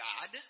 God